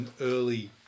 early